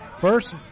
first